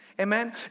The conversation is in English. Amen